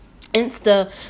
insta